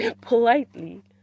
politely